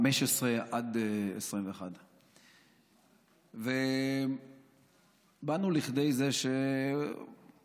2015 עד 2021. באנו לכדי זה שברור,